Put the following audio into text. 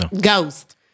Ghost